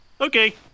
Okay